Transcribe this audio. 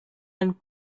and